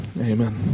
Amen